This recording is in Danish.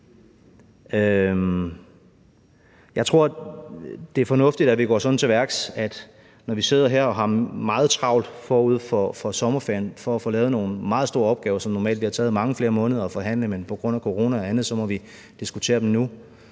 Jeg tror, det er fornuftigt, at vi går sådan til værks, når vi sidder her og har meget travlt forud for sommerferien for at få lavet nogle meget store opgaver – som det normalt ville have taget mange flere måneder at forhandle, men som vi på grund af corona og andet må diskutere nu